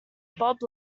bob